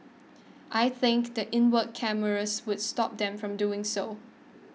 I think the inward cameras would stop them from doing so